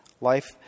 Life